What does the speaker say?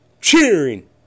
cheering